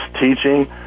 teaching